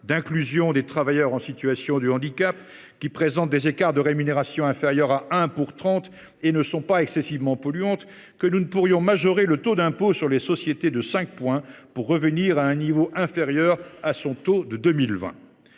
l’inclusion des travailleurs en situation de handicap, qui présentent des écarts de rémunération supérieurs à 1 pour 30 et dont les activités sont excessivement polluantes, nous ne saurions majorer le taux d’impôt sur les sociétés de 5 points pour revenir à un niveau restant inférieur à ce qu’il était